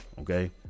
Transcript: okay